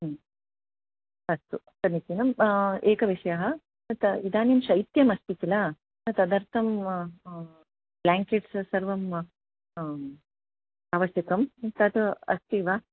अस्तु समीचीनम् एकः विषयः तत् इदानीं शैत्यमस्ति किल तदर्थं ब्लाेङ्केट्स् सर्वम् आवश्यकं तद् अस्ति वा